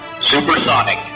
Supersonic